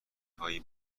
هایی